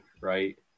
right